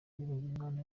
uwiringiyimana